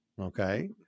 okay